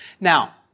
Now